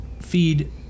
feed